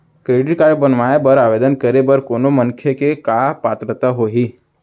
Credit card बनवाए बर आवेदन करे बर कोनो मनखे के का पात्रता होही?